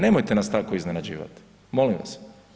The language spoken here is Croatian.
Nemojte nas tako iznenađivat, molim vas.